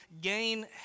gain